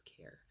care